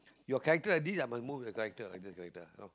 you character this ah must move the character like this character